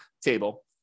table